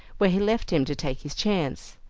where he left him to take his chance.